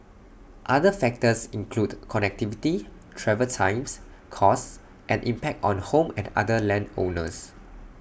other factors include connectivity travel times costs and impact on home and other land owners